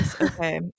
Okay